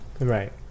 Right